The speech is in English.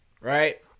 Right